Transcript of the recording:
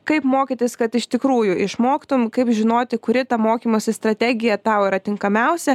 kaip mokytis kad iš tikrųjų išmoktum kaip žinoti kuri mokymosi strategija tau yra tinkamiausia